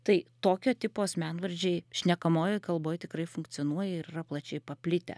tai tokio tipo asmenvardžiai šnekamojoj kalboj tikrai funkcionuoja ir yra plačiai paplitę